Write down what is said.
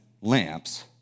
lamps